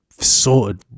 sorted